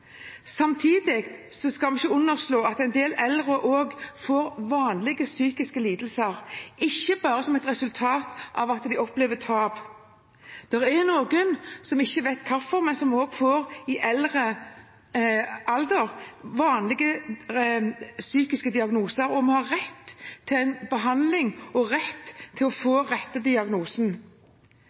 Samtidig skal vi ikke underslå at en del eldre også får vanlige psykiske lidelser, ikke bare som et resultat av at de opplever tap. Det er noen som – vi vet ikke hvorfor – i eldre alder får vanlige psykiske diagnoser, og de må ha rett til behandling og til å få den rette diagnosen.